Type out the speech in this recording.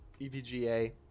EVGA